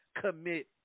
commit